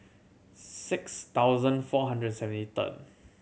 six thousand four hundred and seventy third